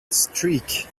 streak